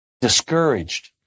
discouraged